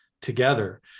together